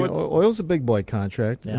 but oil's a big boy contract. yeah